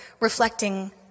reflecting